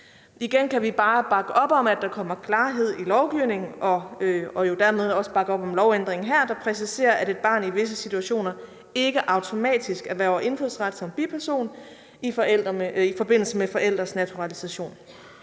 Igen kan vi bare bakke op om, at der kommer klarhed i lovgivningen, og jo dermed også bakke op om lovændringen her, der præciserer, at et barn i visse situationer ikke automatisk erhverver indfødsret som biperson i forbindelse med forældres naturalisation.